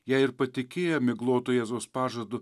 jei ir patikėję miglotu jėzaus pažadu